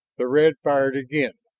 the red fired again,